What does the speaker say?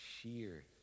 sheer